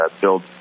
build